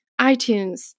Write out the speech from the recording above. iTunes